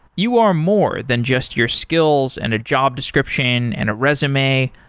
you are more than just your skills and a job description and a resume.